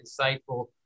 insightful